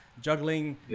juggling